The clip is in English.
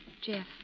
Jeff